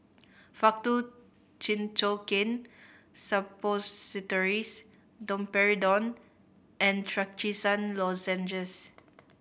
Faktu Cinchocaine Suppositories Domperidone and Trachisan Lozenges